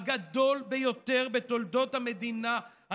הגדול ביותר בתולדות המדינה,